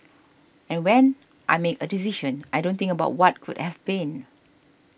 and when I make a decision I don't think about what could have been